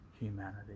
humanity